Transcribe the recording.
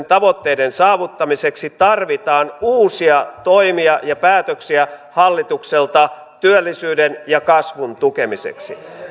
tavoitteiden saavuttamiseksi tarvitaan uusia toimia ja päätöksiä hallitukselta työllisyyden ja kasvun tukemiseksi